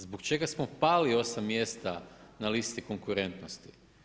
Zbog čega smo pali 8 mjesta na listi konkurentnosti?